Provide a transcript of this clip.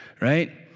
Right